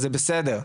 זה בסדר.